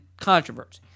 controversy